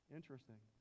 Interesting